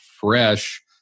fresh